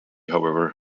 however